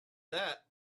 that